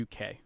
UK